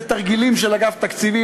אלה תרגילים של אגף תקציבים,